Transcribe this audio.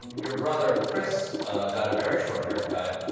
your brother chris got a very short haircut.